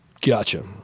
gotcha